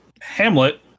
Hamlet